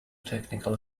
technical